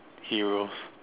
heroes